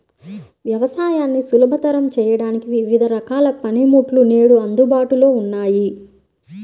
వ్యవసాయాన్ని సులభతరం చేయడానికి వివిధ రకాల పనిముట్లు నేడు అందుబాటులో ఉన్నాయి